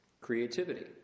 creativity